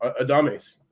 Adames